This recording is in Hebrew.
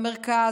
המרכז,